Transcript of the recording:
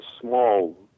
small